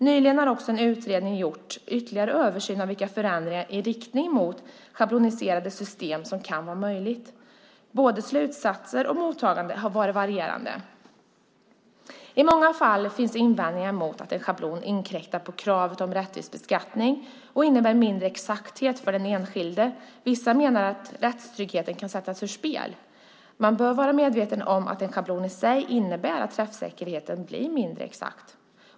Nyligen har också en utredning gjort ytterligare översyn av vilka förändringar i riktning mot schabloniserade system som kan vara möjliga. Både slutsatser och mottagande har varit varierande. I många fall finns invändningar mot att en schablon inkräktar på kravet om rättvis beskattning och innebär mindre exakthet för den enskilde. Vissa menar att rättstryggheten kan sättas ur spel. Man bör vara medveten om att en schablon i sig innebär att träffsäkerheten blir mindre exakt.